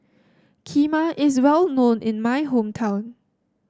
Kheema is well known in my hometown